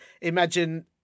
imagine